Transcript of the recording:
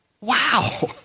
Wow